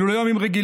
אלו לא ימים רגילים.